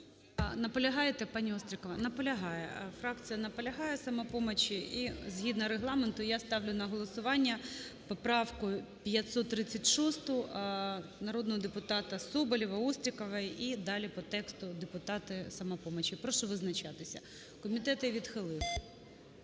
Наполягаєте, паніОстрікова? Наполягає. Фракція наполягає "Самопомочі", і згідно Регламенту я ставлю на голосування поправку 536 народного депутата Соболєва, Острікової, і далі по тексту, депутати "Самопомочі". Прошу визначатися, комітет її відхилив.